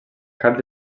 cap